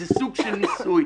זה סוג של ניסוי,